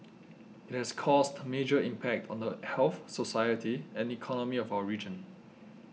it has caused major impact on the health society and economy of our region